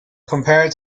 compared